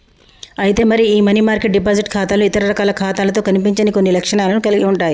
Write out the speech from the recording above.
అయితే మరి ఈ మనీ మార్కెట్ డిపాజిట్ ఖాతాలు ఇతర రకాల ఖాతాలతో కనిపించని కొన్ని లక్షణాలను కలిగి ఉంటాయి